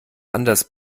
anders